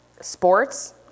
sports